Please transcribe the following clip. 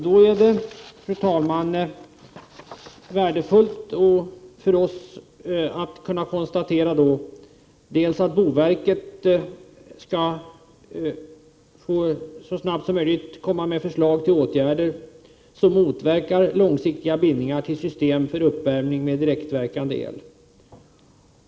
Då är det värdefullt för oss att kunna konstatera att boverket så snabbt som möjligt skall komma med förslag till åtgärder som motverkar långsiktiga bindningar till system för uppvärmning med direktverkande el.